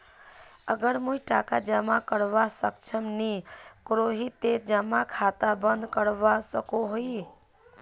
अगर मुई टका जमा करवात सक्षम नी करोही ते जमा खाता बंद करवा सकोहो ही?